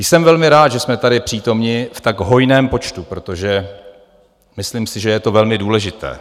Jsem velmi rád, že jsme tady přítomni tak v hojném počtu, protože myslím si, že je to velmi důležité.